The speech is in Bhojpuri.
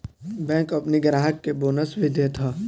बैंक अपनी ग्राहक के बोनस भी देत हअ